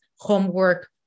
homework